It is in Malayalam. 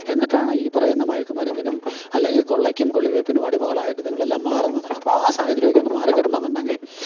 എന്നിട്ടാണ് ഈ പറയുന്ന മയക്കുമരുന്നിനും അല്ലെങ്കിൽ കൊള്ളക്കും കൊള്ളിവെപ്പിനും അടിമകളായിട്ട് ഇത്ങ്ങളെല്ലാം മാറുന്നത് അപ്പം ആ സാഹചര്യം ഒക്കെ ഒന്ന് മാറിക്കിട്ടണം എന്നുണ്ടെങ്കിൽ